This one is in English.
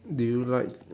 do you like